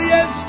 Yes